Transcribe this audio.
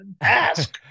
Ask